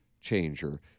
changer